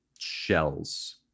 shells